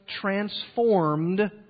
transformed